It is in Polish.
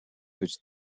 być